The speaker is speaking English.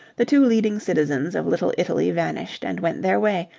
the two leading citizens of little italy vanished and went their way,